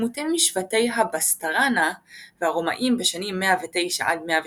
עימותים עם שבטי הבאסטארנאה והרומאים בשנים 112-109